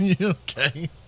Okay